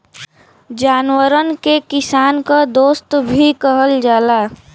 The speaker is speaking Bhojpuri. जानवरन के किसान क दोस्त भी कहल जाला